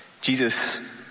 Jesus